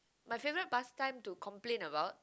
my favorite pastime to complain about